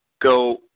go